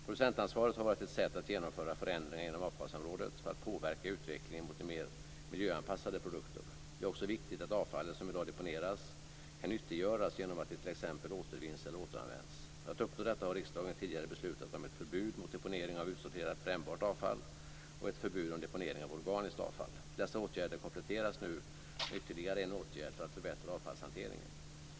Producentansvaret har varit ett sätt att genomföra förändringar inom avfallsområdet för att påverka utvecklingen mot mer miljöanpassade produkter. Det är också viktigt att avfallet, som i dag deponeras, kan nyttiggöras genom att det t.ex. återvinns eller återanvänds. För att uppnå detta har riksdagen tidigare beslutat om ett förbud mot deponering av utsorterat brännbart avfall och ett förbud mot deponering av organiskt avfall. Dessa åtgärder kompletteras nu med ytterligare en åtgärd för att förbättra avfallshanteringen.